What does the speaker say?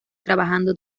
trabajando